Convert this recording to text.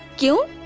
you.